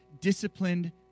Disciplined